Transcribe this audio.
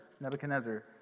Nebuchadnezzar